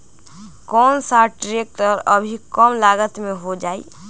कौन सा ट्रैक्टर अभी सबसे कम लागत में हो जाइ?